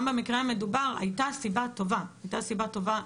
גם במקרה המדובר הייתה סיבה טובה שלנו,